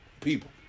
people